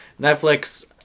Netflix